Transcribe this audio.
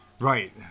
Right